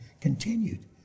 continued